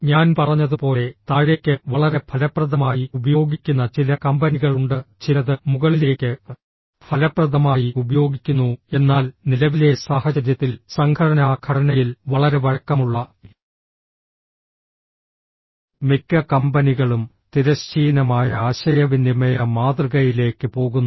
ഞാൻ പറഞ്ഞതുപോലെ താഴേക്ക് വളരെ ഫലപ്രദമായി ഉപയോഗിക്കുന്ന ചില കമ്പനികളുണ്ട് ചിലത് മുകളിലേക്ക് ഫലപ്രദമായി ഉപയോഗിക്കുന്നു എന്നാൽ നിലവിലെ സാഹചര്യത്തിൽ സംഘടനാ ഘടനയിൽ വളരെ വഴക്കമുള്ള മിക്ക കമ്പനികളും തിരശ്ചീനമായ ആശയവിനിമയ മാതൃകയിലേക്ക് പോകുന്നു